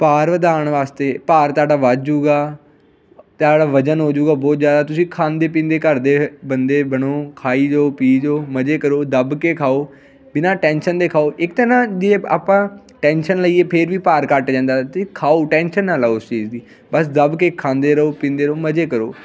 ਭਾਰ ਵਧਾਉਣ ਵਾਸਤੇ ਭਾਰ ਤੁਹਾਡਾ ਵੱਧ ਜਾਊਗਾ ਵਜਨ ਹੋ ਜਾਊਗਾ ਬਹੁਤ ਜ਼ਿਆਦਾ ਤੁਸੀਂ ਖਾਂਦੇ ਪੀਂਦੇ ਘਰਦੇ ਬੰਦੇ ਬਣੋ ਖਾਈ ਜਾਓ ਪੀ ਜਾਓ ਮਜ਼ੇ ਕਰੋ ਦੱਬ ਕੇ ਖਾਓ ਬਿਨਾਂ ਟੈਂਸ਼ਨ ਦੇ ਖਾਓ ਇੱਕ ਤਾਂ ਨਾ ਦੀ ਆਪਾਂ ਟੈਨਸ਼ਨ ਲਈਏ ਫਿਰ ਵੀ ਭਾਰ ਘੱਟ ਜਾਂਦਾ ਅਤੇ ਖਾਓ ਟੈਂਸ਼ਨ ਨਾ ਲਓ ਉਸ ਚੀਜ਼ ਦੀ ਬਸ ਦੱਬ ਕੇ ਖਾਂਦੇ ਰਹੋ ਪੀਂਦੇ ਰਹੋ ਮਜ਼ੇ ਕਰੋ